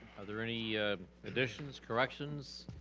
are there any additions, corrections,